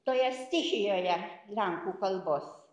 toje stichijoje lenkų kalbos